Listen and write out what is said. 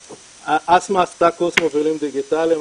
אסמאא עשתה קורס מובילים דיגיטליים,